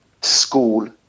School